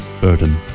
burden